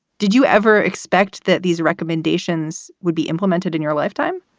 did you ever expect that these recommendations would be implemented in your lifetime?